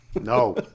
No